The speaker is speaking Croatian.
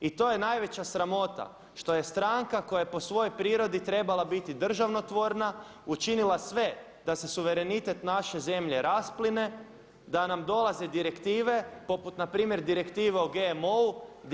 I to je najveća sramota što je stranka koja je po svojoj prirodi trebala biti državno tvorna učinila sve da se suverenitet naše zemlje raspline, da nam dolaze direktive poput npr. direktive o GMO-u.